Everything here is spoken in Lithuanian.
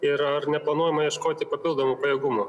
ir ar neplanuojama ieškoti papildomų pajėgumų